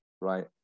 right